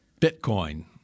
Bitcoin